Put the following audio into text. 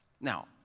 Now